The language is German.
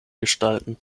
gestalten